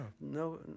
No